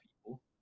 people